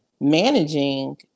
managing